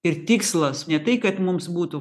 ir tikslas ne tai kad mums būtų